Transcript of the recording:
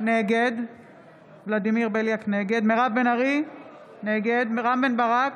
נגד מירב בן ארי, נגד רם בן ברק,